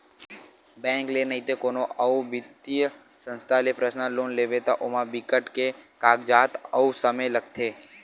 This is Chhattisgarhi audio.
बेंक ले नइते कोनो अउ बित्तीय संस्था ले पर्सनल लोन लेबे त ओमा बिकट के कागजात अउ समे लागथे